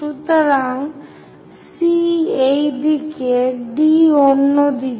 সুতরাং C এই দিকে D অন্য দিকে